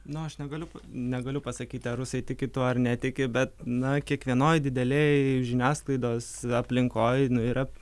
nu aš negaliu negaliu pasakyti ar rusai tiki tuo ar netiki bet na kiekvienoj didelėj žiniasklaidos aplinkoj yra